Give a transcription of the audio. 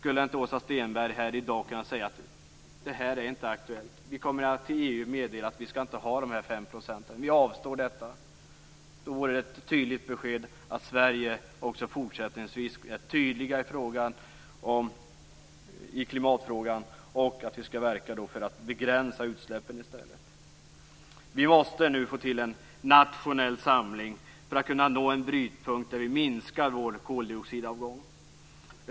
Skulle inte Åsa Stenberg här i dag kunna säga att det här inte är aktuellt, att vi kommer att meddela EU att vi inte skall ha de fem procenten, att vi avstår från detta. Det vore ett tydligt besked om att Sverige fortsättningsvis skall bli tydligare i klimatfrågan och att vi skall verka för att begränsa utsläppen.